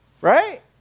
Right